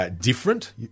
Different